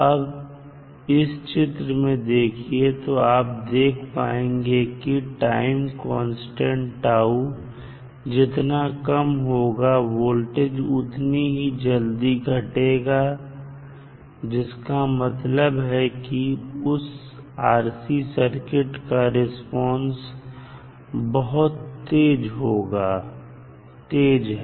अब इस चित्र में देखिए तो आप देख पाएंगे कि टाइम कांस्टेंट τ जितना कम होगा वोल्टेज उतनी ही जल्दी घटेगा जिसका मतलब है की उस RC सर्किट का रिस्पांस बहुत तेज है